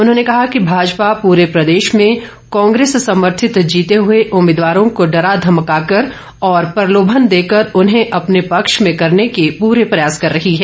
उन्होंने कहा कि भाजपा पूरे प्रदेश में कांग्रेस समर्थित जीते हुए उम्मीदवारों को डरा धमकाकर व प्रलोभन देकर उन्हें अपने पक्ष में करने के पूरे प्रयास कर रही है